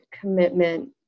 commitment